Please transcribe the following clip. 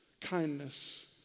kindness